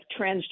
transgender